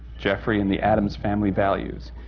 jeffrey and the addams family values.